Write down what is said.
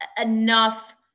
enough